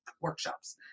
workshops